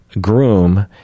groom